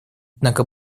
однако